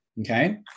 Okay